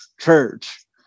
church